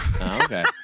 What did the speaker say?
Okay